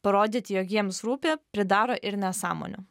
parodyti jog jiems rūpi pridaro ir nesąmonių